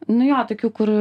nu jo tokių kur